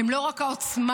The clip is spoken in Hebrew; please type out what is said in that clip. הם לא רק העוצמה,